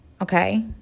Okay